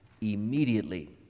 immediately